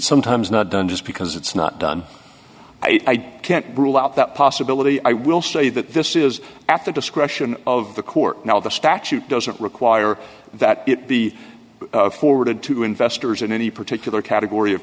sometimes not done just because it's not done i can't brule out that possibility i will say that this is at the discretion of the court now the statute doesn't require that it be forwarded to investors in any particular category of